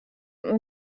men